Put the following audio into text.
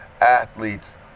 athletes